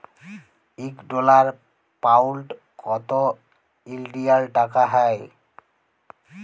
ইক dollar, pound কত ইলডিয়াল টাকা হ্যয়